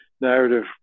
narrative